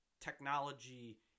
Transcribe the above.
technology